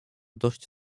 dość